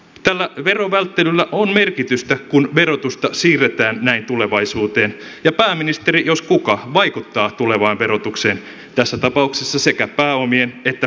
tällä verovälttelyllä on merkitystä kun verotusta siirretään näin tulevaisuuteen ja pääministeri jos kuka vaikuttaa tulevaan verotukseen tässä tapauksessa sekä pääomien että perintöjen verotukseen